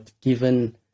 given